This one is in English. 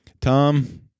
tom